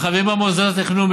אשר חברים גם במוסדות התכנון.